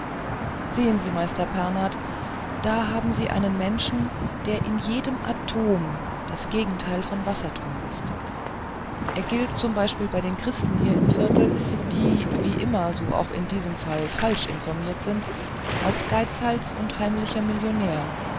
sehen sie meister pernath da haben sie einen menschen der in jedem atom das gegenteil von wassertrum ist er gilt z b bei den christen hier im viertel die wie immer so auch in diesem fall falsch informiert sind als geizhals und heimlicher millionär